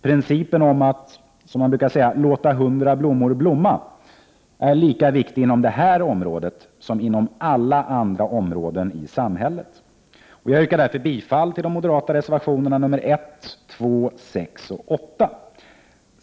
Principen om att ”låta hundra blommor blomma” är lika viktig inom detta område som inom alla andra områden i samhället. Jag yrkar därför bifall till de moderata reservationerna nr 1, 2, 6 och 8.